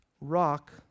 rock